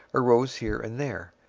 arose here and there.